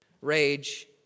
rage